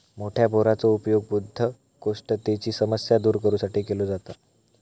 मोठ्या बोराचो उपयोग बद्धकोष्ठतेची समस्या दूर करू साठी केलो जाता